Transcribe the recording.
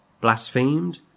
Blasphemed